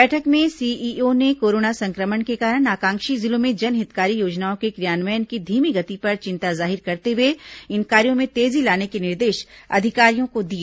बैठक में सीईओ ने कोरोना संक्रमण के कारण आकांक्षी जिलों में जनहितकारी योजनाओं के क्रियान्वयन की धीमी गति पर चिंता जाहिर करते हुए इन कार्यों में तेजी लाने के निर्देश अधिकारियों को दिए